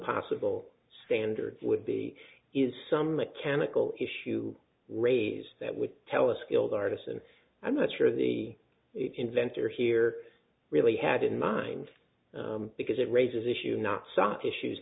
possible standard would be is some mechanical issue ways that would tell a skilled artist and i'm not sure the inventor here really had in mind because it raises issues not such issues